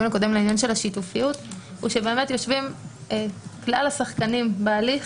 הקודם גם לעניין של השיתופיות הוא שבאמת יושבים כלל השחקנים בהליך,